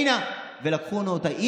שמה את האות והצביעה ימינה והונו אותה.